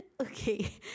Okay